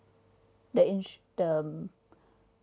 the insure the